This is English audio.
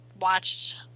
watch